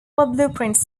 blueprints